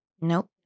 Nope